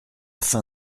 fin